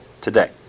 today